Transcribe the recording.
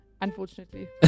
Unfortunately